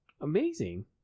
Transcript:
amazing